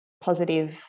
positive